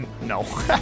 No